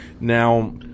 now